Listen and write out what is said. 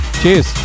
Cheers